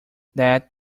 that